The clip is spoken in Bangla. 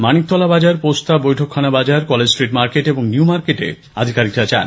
মানিকতলা বাজার পোস্তা বৈঠকখানা বাজার কলেজস্ট্রীট মার্কেট এবং নিউমার্কেট আধিকারিকরা যান